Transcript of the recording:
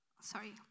sorry